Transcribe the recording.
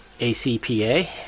ACPA